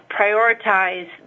prioritize